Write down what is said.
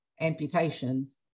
amputations